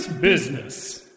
business